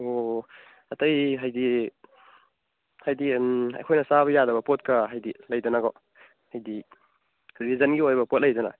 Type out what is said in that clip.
ꯑꯣ ꯑꯇꯩ ꯍꯥꯏꯗꯤ ꯑꯩꯈꯣꯏꯅ ꯆꯥꯕ ꯌꯥꯗꯕ ꯄꯣꯠꯀ ꯍꯥꯏꯗꯤ ꯂꯩꯗꯅꯀꯣ ꯍꯥꯏꯗꯤ ꯔꯤꯂꯤꯖꯟꯒꯤ ꯑꯣꯏꯕ ꯄꯣꯠ ꯂꯩꯗꯅ